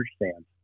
understand